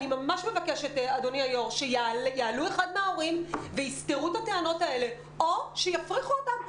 אני ממש מבקשת שאחד מההורים יעלה ויסתור את הטענות האלה או שיפריך אותם,